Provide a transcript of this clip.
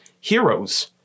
heroes